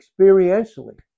experientially